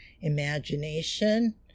imagination